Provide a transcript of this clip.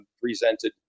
presented